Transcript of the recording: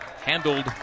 handled